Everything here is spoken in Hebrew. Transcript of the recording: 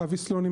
אבי סלונים,